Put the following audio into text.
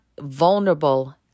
vulnerable